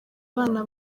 abana